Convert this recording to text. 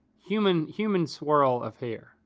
human human swirl of hair.